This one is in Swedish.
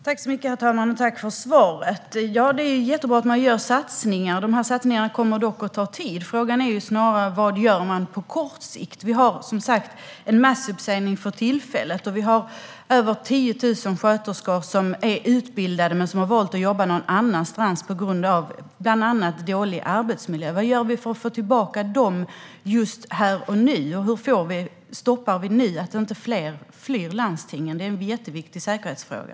Herr talman! Tack för svaret! Det är jättebra att man gör satsningar. Satsningarna kommer dock att ta tid. Frågan är snarare vad man gör på kort sikt. Det är som sagt en massuppsägning för tillfället. Vi har över 10 000 sjuksköterskor som är utbildade men som har valt att jobba någon annanstans på grund av bland annat dålig arbetsmiljö. Vad gör vi för att få tillbaka dem just här och nu, och hur stoppar vi nu att fler flyr landstingen? Det är en jätteviktig säkerhetsfråga.